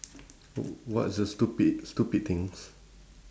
w~ what's the stupid stupid things